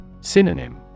Synonym